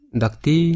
dakti